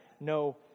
no